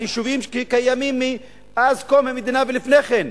על יישובים שקיימים מאז קום המדינה ולפני כן,